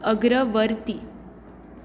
अग्रवर्ती